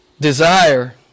desire